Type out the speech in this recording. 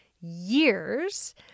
years